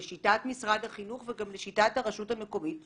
לשיטת משרד החינוך וגם לשיטת הרשות המקומית,